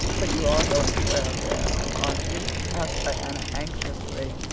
but you are going to wear a veil, aren't you? asked diana, anxiously.